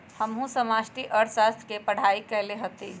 हमहु समष्टि अर्थशास्त्र के पढ़ाई कएले हति